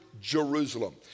Jerusalem